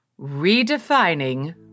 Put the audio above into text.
Redefining